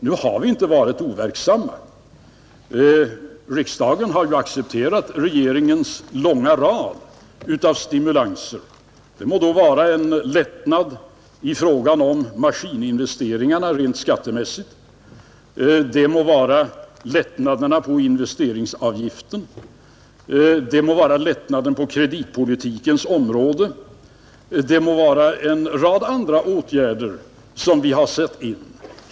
Nu har vi inte varit overksamma. Riksdagen har accepterat regeringens långa rad av stimulanser — det må vara en lättnad i fråga om maskininvesteringarna rent skattemässigt; det må vara lättnader i investeringsavgiften; det må vara lättnader på kreditpolitikens område eller det må vara en rad andra åtgärder som vi satt in.